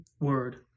word